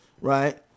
right